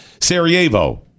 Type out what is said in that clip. Sarajevo